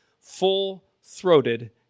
full-throated